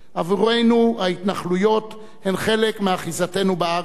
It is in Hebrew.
עבורנו ההתנחלויות הן חלק מאחיזתנו בארץ